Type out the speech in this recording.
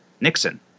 Nixon